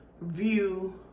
view